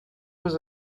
was